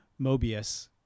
Mobius